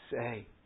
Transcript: say